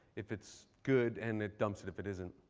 if it's good. and it dumps it, if it isn't.